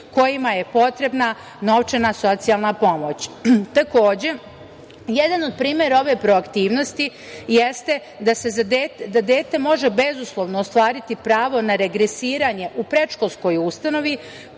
kojima je potrebna novčana socijalna pomoć. Takođe, jedan od primera ove proaktivnosti jeste da dete može bezuslovno ostvariti pravo na regresiranje u predškolskoj ustanovi